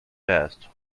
best